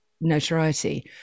notoriety